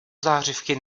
zářivky